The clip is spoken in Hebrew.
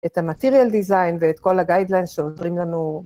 את ה-Material Design ואת כל הגיידליינס שעוברים לנו.